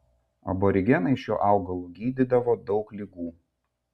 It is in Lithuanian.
aborigenai šiuo augalu gydydavo daug ligų